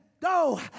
go